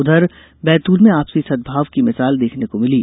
उधर बैतूल में आपसी सद्भाव की भिसाल देखने को मिली